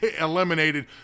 eliminated